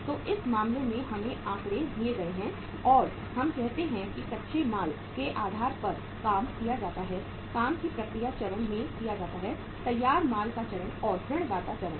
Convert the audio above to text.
तो इस मामले में हमें आंकड़े दिए गए हैं और हम कहते हैं कि कच्चे माल के आधार पर काम किया जाता है काम के प्रक्रिया चरण में किया जाता है तैयार माल का चरण और ऋणदाता चरण